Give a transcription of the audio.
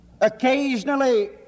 Occasionally